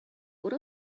what